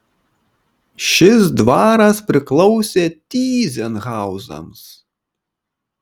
šis dvaras priklausė tyzenhauzams